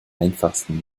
einfachsten